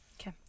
Okay